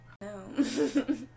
No